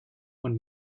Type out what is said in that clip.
und